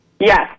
Yes